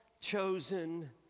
chosen